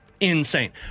insane